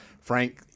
frank